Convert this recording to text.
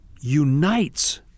unites